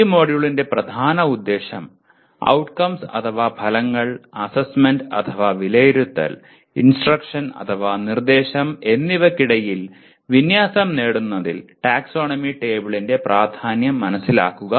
ഈ മൊഡ്യൂളിന്റെ പ്രധാന ഉദ്ദേശം ഔട്ട്കംസ് അഥവാ ഫലങ്ങൾ അസ്സെസ്സ്മെന്റ് അഥവാ വിലയിരുത്തൽ ഇൻസ്ട്രക്ഷൻ അഥവാ നിർദ്ദേശം എന്നിവയ്ക്കിടയിൽ വിന്യാസം നേടുന്നതിൽ ടാക്സോണമി ടേബിളിന്റെ പ്രാധാന്യം മനസ്സിലാക്കുക